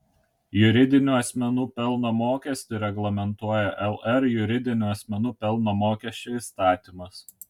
juridinių asmenų pelno mokestį reglamentuoja lr juridinių asmenų pelno mokesčio įstatymas